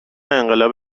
انقلاب